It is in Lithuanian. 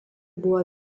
buvo